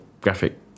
graphic